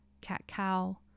cat-cow